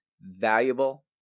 valuable